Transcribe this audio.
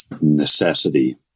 necessity